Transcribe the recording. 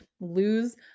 lose